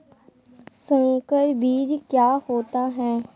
संकर बीज क्या होता है?